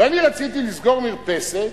ואני רציתי לסגור מרפסת.